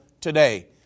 Today